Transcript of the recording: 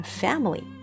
family